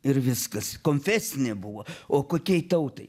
ir viskas konfesinė buvo o kokiai tautai